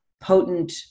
potent